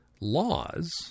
laws